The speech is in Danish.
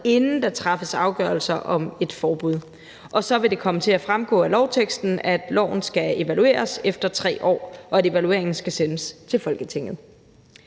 inden der træffes afgørelse om et forbud, og så vil det komme til at fremgå af lovteksten, at loven skal evalueres efter 3 år, og at evalueringen skal sendes til Folketinget.